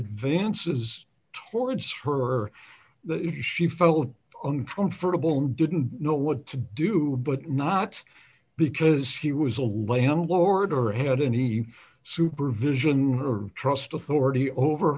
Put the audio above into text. advances towards her that if she felt uncomfortable and didn't know what to do but not because she was a landlord or had any supervision or trust authority over